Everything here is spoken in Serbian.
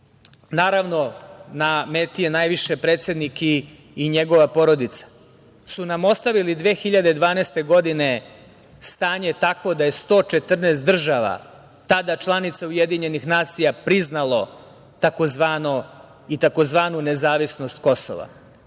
naravno na meti je najviše predsednik i njegova porodica, su nam ostavili 2012. godine stanje takvo da je 114 država, tada članica UN priznalo tzv. i tzv. nezavisnost Kosova.